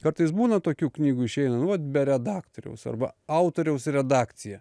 kartais būna tokių knygų išeina nu vat be redaktoriaus arba autoriaus redakcija